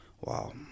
Wow